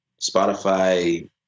Spotify